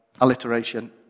alliteration